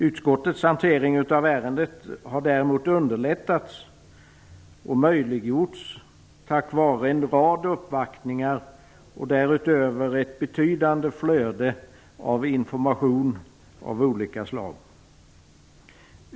Utskottets hantering av ärendet har däremot underlättats och möjliggjorts tack vare en rad uppvaktningar och därutöver ett betydande flöde av information av olika slag.